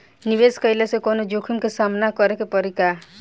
निवेश कईला से कौनो जोखिम के सामना करे क परि का?